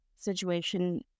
situation